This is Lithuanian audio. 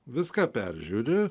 viską peržiūri